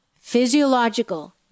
physiological